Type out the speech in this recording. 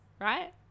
right